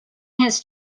his